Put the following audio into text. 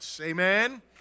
Amen